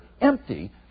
empty